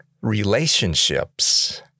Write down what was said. relationships